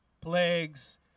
Plagues